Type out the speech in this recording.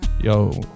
Yo